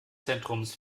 zentrums